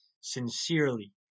sincerely